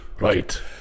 right